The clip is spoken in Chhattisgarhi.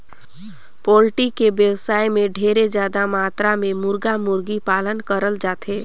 पोल्टी के बेवसाय में ढेरे जादा मातरा में मुरगा, मुरगी पालन करल जाथे